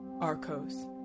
Arcos